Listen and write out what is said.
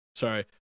Sorry